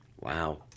Wow